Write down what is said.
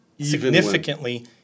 significantly